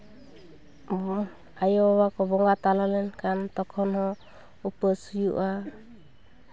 ᱟᱭᱳᱼᱵᱟᱵᱟ ᱠᱚ ᱵᱚᱸᱜᱟ ᱛᱟᱞᱟ ᱞᱮᱱᱠᱷᱟᱱ ᱛᱚᱠᱷᱚᱱ ᱜᱚᱸ ᱩᱯᱟᱹᱥ ᱦᱩᱭᱩᱜᱼᱟ